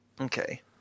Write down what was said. Okay